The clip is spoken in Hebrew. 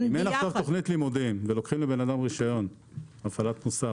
אין עכשיו תוכנית לימודים ולוקחים לבן אדם רישיון הפעלת מוסך.